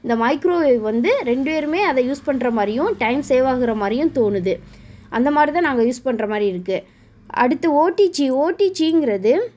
இந்த மைக்ரோவேவ் வந்து ரெண்டு பேருமே அதை யூஸ் பண்ணுற மாதிரியும் டைம் சேவ் ஆகிற மாதிரியும் தோணுது அந்த மாதிரி தான் நாங்கள் யூஸ் பண்ணுற மாதிரி இருக்குது அடுத்து ஓடிஜி ஓடிஜிங்கிறது